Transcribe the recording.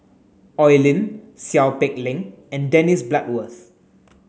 Oi Lin Seow Peck Leng and Dennis Bloodworth